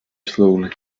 slowly